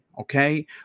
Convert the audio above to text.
Okay